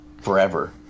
forever